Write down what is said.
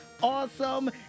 awesome